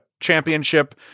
championship